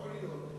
יכול להיות,